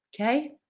okay